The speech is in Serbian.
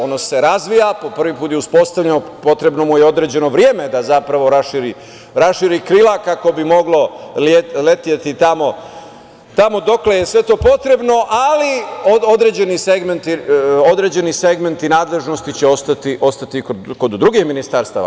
Ono se razvija, prvi put je uspostavljene, potrebno mu je određeno vreme zapravo da raširi krila kako bi moglo leteti tamo dokle je sve to potrebno, ali određeni segmenti nadležnosti će ostati kod drugih ministarstava.